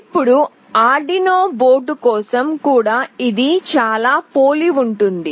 ఇప్పుడు Arduino board కోసం కూడా ఇది చాలా పోలి ఉంటుంది